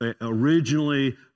originally